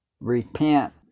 Repent